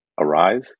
arise